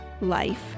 life